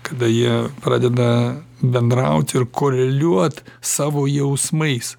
kada jie pradeda bendrauti ir koreliuot savo jausmais